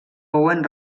owen